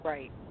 Right